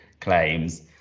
claims